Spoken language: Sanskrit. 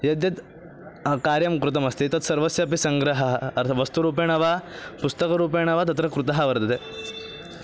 यद्यत् कार्यं कृतमस्ति तत् सर्वस्यापि सङ्ग्रहः अर्थात् वस्तुरूपेण वा पुस्तकरूपेण वा तत्र कृतः वर्तते